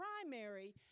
primary